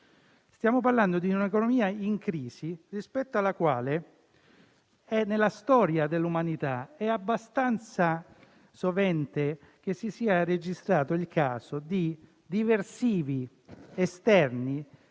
Stiamo parlando di un'economia in crisi, rispetto alla quale, nella storia dell'umanità, è abbastanza frequente che sia registrato il caso di ricerca di diversivi esterni